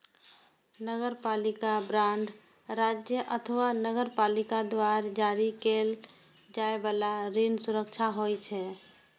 नगरपालिका बांड राज्य अथवा नगरपालिका द्वारा जारी कैल जाइ बला ऋण सुरक्षा होइ छै